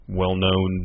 well-known